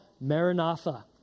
Maranatha